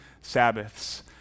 Sabbaths